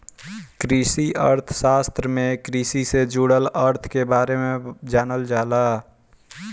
कृषि अर्थशास्त्र में कृषि से जुड़ल अर्थ के बारे में जानल जाला